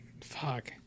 Fuck